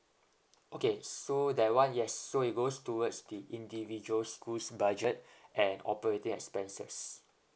okay so that one yes so it goes towards the individual school's budget and operating expenses